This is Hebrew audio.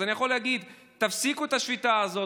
אז אני יכול להגיד: תפסיקו את השביתה הזאת,